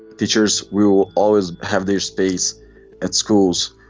teachers will always have their space at schools,